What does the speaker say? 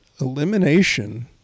elimination